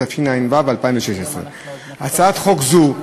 התשע"ו 2016. הצעת חוק זו,